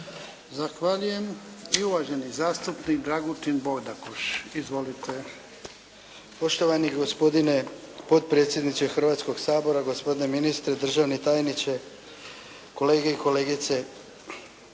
Zahvaljujem. I uvaženi zastupnik Dragutin Bodakoš. Izvolite. **Bodakoš, Dragutin (SDP)** Poštovani gospodine potpredsjedniče Hrvatskog sabora, gospodine ministre, državni tajniče, kolege i kolegice.